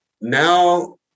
now